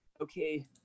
okay